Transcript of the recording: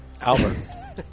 Albert